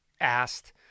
asked